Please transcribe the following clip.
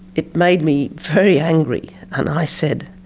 it made me very angry, and i said,